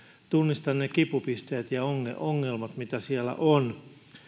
tunnistan ne kipupisteet ja ongelmat mitä siellä on